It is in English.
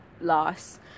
loss